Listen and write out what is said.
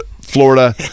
Florida